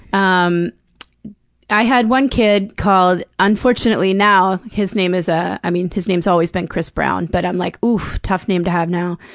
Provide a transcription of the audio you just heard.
um i had one kid called unfortunately now, his name is ah i mean, his name's always been chris brown, but i'm like, oof. tough name to have now.